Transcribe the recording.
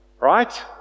right